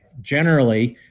generally,